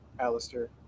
Alistair